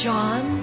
John